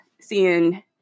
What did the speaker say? seeing